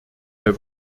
der